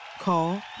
Call